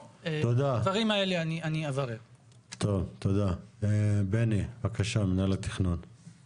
בדרך כלל בתכנון המפורט הוא גם יהיה